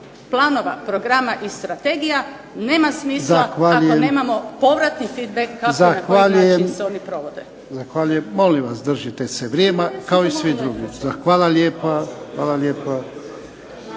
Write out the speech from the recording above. planova, programa i strategija nema smisla ako nemamo povrat…. **Jarnjak, Ivan (HDZ)** Zahvaljujem. Molim držite se vremena kao i svi drugi. Hvala lijepa.